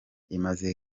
imaze